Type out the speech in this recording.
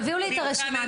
תביאו לי את הרשימה,